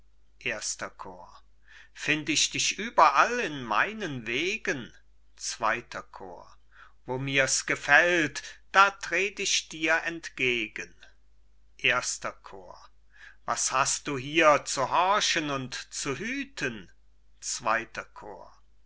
erster chor cajetan find ich dich überall in meinen wegen zweiter chor bohemund wo mir's gefällt da tret ich dir entgegen erster chor cajetan was hast du hier zu horchen und zu hüten zweiter chor